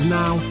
now